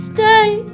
Stay